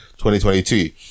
2022